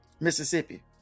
Mississippi